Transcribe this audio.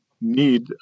need